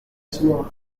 asmoa